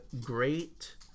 great